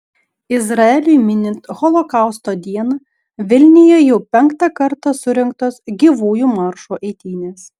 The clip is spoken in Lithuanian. izraeliui minint holokausto dieną vilniuje jau penktą kartą surengtos gyvųjų maršo eitynės